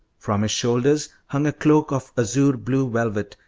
from his shoulder hung a cloak of azure blue velvet,